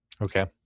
okay